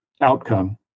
outcome